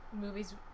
movies